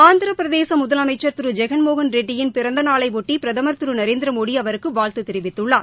ஆந்திர பிரதேச முதலமைச்சர் திரு ஜெகன்மோகன் ரெட்டியின் பிறந்த நாளையொட்டி பிரதமர் திரு நரேந்திரமோடி அவருக்கு வாழ்த்து தெரிவித்துள்ளார்